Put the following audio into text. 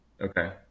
Okay